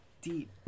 deep